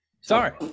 Sorry